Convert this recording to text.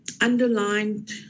underlined